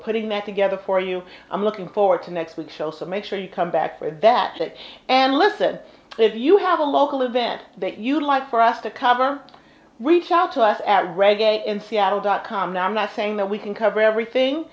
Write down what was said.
putting that together for you i'm looking forward to next week's show so make sure you come back for that and listen if you have a local event that you'd like for us to cover reach out to us at reggae in seattle dot com now i'm not saying that we can cover everything